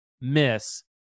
miss